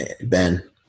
Ben